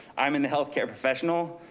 i'm in the healthcare professional.